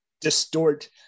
distort